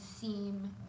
seem